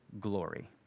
glory